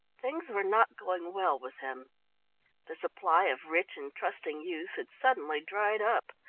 things were not going well with him the supply of rich and trusting youths had suddenly dried up.